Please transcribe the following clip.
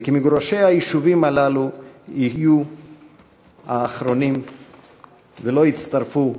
וכי מגורשי היישובים הללו יהיו האחרונים ולא יצטרפו,